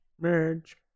Merge